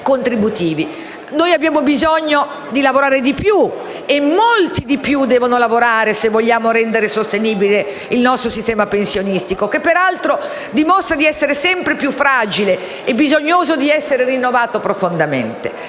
Abbiamo bisogno di lavorare di più e molti di più devono lavorare se vogliamo rendere sostenibile il nostro sistema pensionistico, che peraltro dimostra di essere sempre più fragile e bisognoso di essere rinnovato profondamente.